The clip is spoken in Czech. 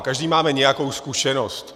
Každý máme nějakou zkušenost.